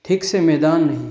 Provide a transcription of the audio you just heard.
ठीक से मैदान नहीं